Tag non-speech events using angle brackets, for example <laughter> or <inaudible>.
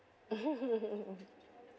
<laughs>